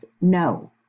no